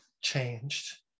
changed